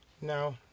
no